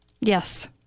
Yes